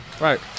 Right